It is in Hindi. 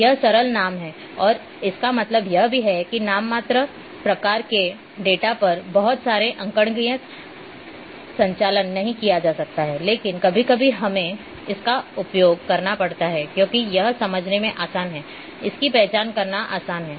यह सरल नाम है और इसका मतलब यह भी है कि नाममात्र प्रकार के डेटा पर बहुत सारे अंकगणितीय संचालन नहीं किए जा सकते हैं लेकिन कभी कभी हमें इसका उपयोग करना पड़ता है क्योंकि यह समझने में आसान है इसकी पहचान करना आसान है